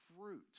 fruit